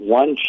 one